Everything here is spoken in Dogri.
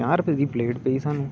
पजांह् रपै दी प्लेट पेई स्हानू